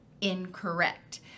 incorrect